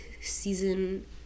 season